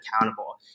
accountable